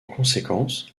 conséquence